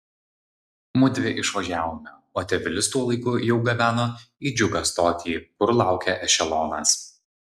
mudvi išvažiavome o tėvelius tuo laiku jau gabeno į džiugą stotį kur laukė ešelonas